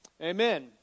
Amen